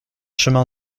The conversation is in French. chemin